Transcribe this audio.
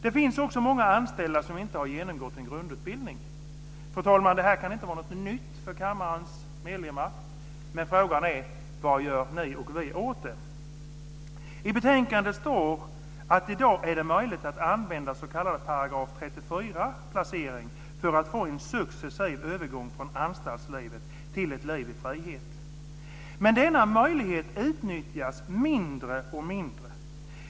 Det finns också många anställda som inte genomgått grundutbildning." Fru talman! Det här kan inte vara något nytt för kammarens medlemmar. Men frågan är: Vad gör ni och vi åt det? I betänkandet står det att det i dag är möjligt att använda s.k. § 34-placering för att få en successiv övergång från anstaltslivet till ett liv i frihet. Men denna möjlighet utnyttjas mindre och mindre.